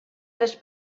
les